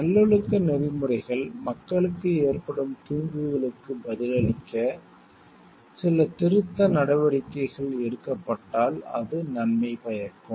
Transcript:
நல்லொழுக்க நெறிமுறைகள் virtues ethics மக்களுக்கு ஏற்படும் தீங்குகளுக்கு பதிலளிக்க சில திருத்த நடவடிக்கைகள் எடுக்கப்பட்டால் அது நன்மை பயக்கும்